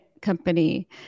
company